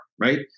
right